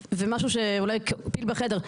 ומשהו שאולי הוא פיל בחדר,